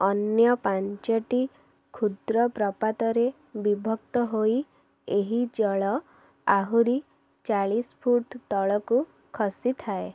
ଅନ୍ୟ ପାଞ୍ଚଟି କ୍ଷୁଦ୍ର ପ୍ରପାତରେ ବିଭକ୍ତ ହୋଇ ଏହି ଜଳ ଆହୁରି ଚାଳିଶ ଫୁଟ ତଳକୁ ଖସିଥାଏ